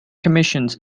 commissions